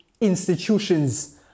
institutions